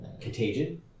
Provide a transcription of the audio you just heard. contagion